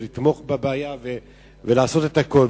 נתמוך בך ונעשה את הכול,